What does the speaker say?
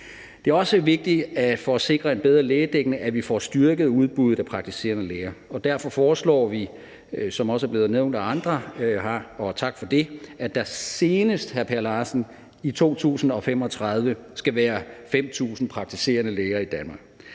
Det er også vigtigt for at sikre en bedre lægedækning, at vi får styrket udbuddet af praktiserende læger. Derfor foreslår vi, som det også er blevet nævnt af andre her – og tak for det – at der senest i 2035, hr. Per Larsen, skal være 5.000 praktiserende læger i Danmark.